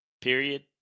period